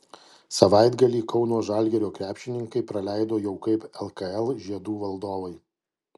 savaitgalį kauno žalgirio krepšininkai praleido jau kaip lkl žiedų valdovai